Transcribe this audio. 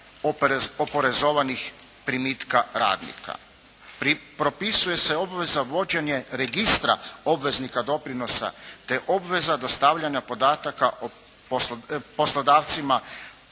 oporezovanih primitka radnika. Propisuje se obveza vođenje registra obveznika doprinosa te obveza dostavljanja podataka o poslodavcima